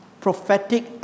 prophetic